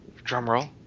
drumroll –